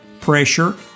pressure